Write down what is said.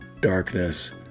darkness